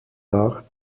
dar